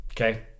okay